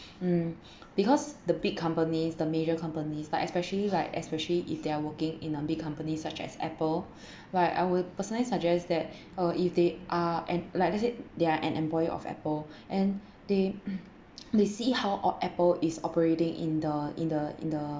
mm because the big companies the major companies like especially like especially if they are working in a big companies such as Apple like I would personally suggest that uh if they are and like let's say they are an employer of Apple and they they see how or~ Apple is operating in the in the in the